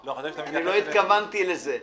לא התכוונתי לזה.